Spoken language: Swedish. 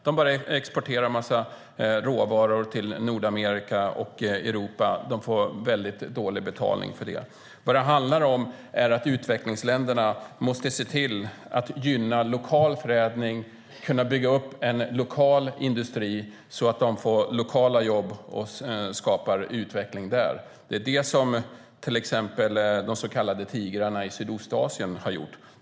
De exporterar en mängd råvaror till Nordamerika och Europa och får dåligt betalt för det. Utvecklingsländerna måste se till att i stället gynna lokal förädling, bygga upp en lokal industri med lokala jobb, alltså skapa utveckling lokalt. Det är det som till exempel de så kallade tigrarna i Sydostasien har gjort.